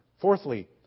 Fourthly